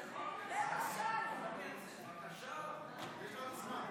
היא תחזור לתקנה.